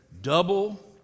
double